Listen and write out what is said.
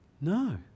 No